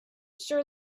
sure